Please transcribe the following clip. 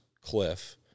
cliff